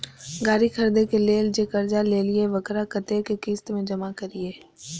गाड़ी खरदे के लेल जे कर्जा लेलिए वकरा कतेक किस्त में जमा करिए?